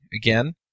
again